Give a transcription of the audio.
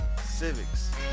civics